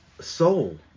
soul